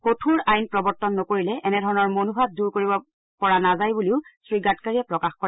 কঠোৰ আইন প্ৰৱৰ্তন নকৰিলে এনেধৰণৰ মনোভাৱ দূৰ কৰিব পৰা নাযায় বুলিও শ্ৰী গাডকাৰীয়ে প্ৰকাশ কৰে